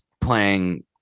playing